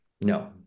no